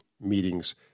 meetings